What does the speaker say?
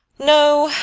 no,